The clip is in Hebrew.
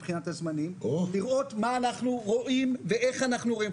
מבחינת הזמנים לראות מה אנחנו רואים ואיך אנחנו רואים.